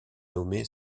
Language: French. nommé